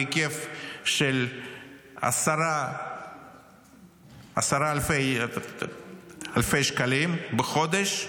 בהיקף של עשרת אלפי שקלים בחודש,